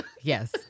Yes